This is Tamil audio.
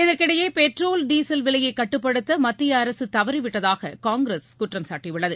இதற்கிடையே பெட்ரோல் டீசல் விலையைகட்டுப்படுத்தமத்தியஅரசுதவறிவிட்டதாககாங்கிரஸ் குற்றம்சாட்டியுள்ளது